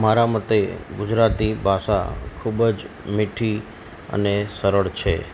મારા મતે ગુજરાતી ભાષા ખૂબ જ મીઠી અને સરળ છે